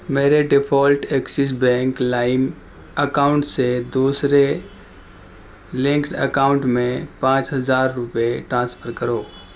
میرے default Axis bank لائم account سے دوسرے لنکڈ اکاؤنٹ میں پانچ ہزار روپے ٹرانسفر کرو